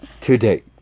today